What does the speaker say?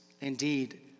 Indeed